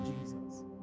Jesus